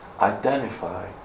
identify